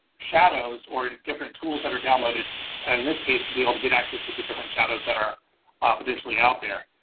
shadows or different tools that are downloaded and in this case to be able to get access to different shadows that are ah potentially out there.